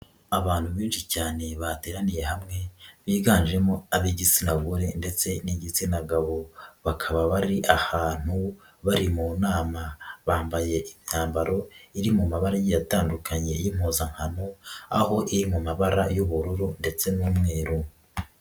Abantu benshi cyane bateraniye hamwe biganjemo ab'igitsina gore ndetse n'igitsina gabo, bakaba bari ahantu bari mu nama bambaye imyambaro iri mu mabara atandukanye y'impuzankano aho iri mu mabara y'ubururu ndetse n'umweru.